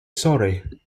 sorry